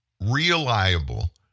reliable